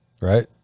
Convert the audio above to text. right